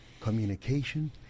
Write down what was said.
communication